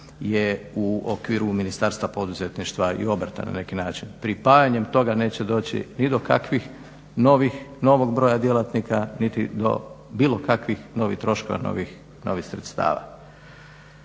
je u okviru Ministarstva poduzetništva i obrta na neki način. Pripajanjem toga neće doći ni do kakvih novog broja djelatnika niti do bilo kakvih novih troškova, novih sredstava.